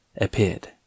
appeared